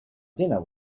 dinner